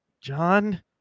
John